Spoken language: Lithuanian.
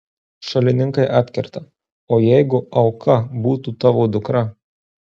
šalininkai atkerta o jeigu auka būtų tavo dukra